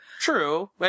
True